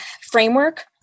framework